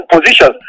positions